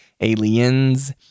Aliens